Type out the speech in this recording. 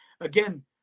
again